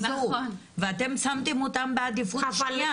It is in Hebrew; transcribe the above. ואתם שמתם אותם בעדיפות שנייה.